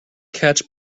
catch